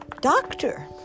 doctor